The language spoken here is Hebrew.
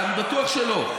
אני בטוח שלא.